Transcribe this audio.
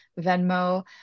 Venmo